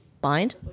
Bind